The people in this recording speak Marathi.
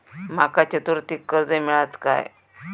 माका चतुर्थीक कर्ज मेळात काय?